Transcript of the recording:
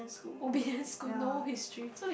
obedient school no history